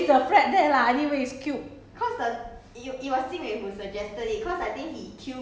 !haiya! don't need not lah it's a game only don't don't play with money lah just just leave the flag there lah anyway it's cute